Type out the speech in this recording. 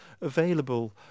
available